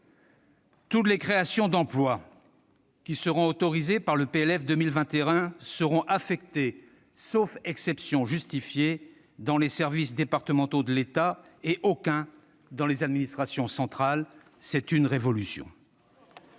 Toutes les créations d'emplois qui seront autorisées par le projet de loi de finances pour 2021 seront affectées, sauf exception justifiée, dans les services départementaux de l'État, et aucune dans les administrations centrales. C'est une révolution.